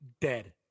dead